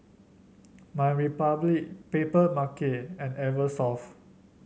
My Republic Papermarket and Eversoft